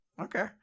Okay